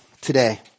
today